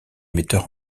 metteur